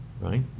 right